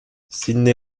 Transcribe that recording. sydney